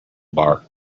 bar